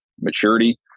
maturity